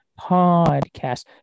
podcast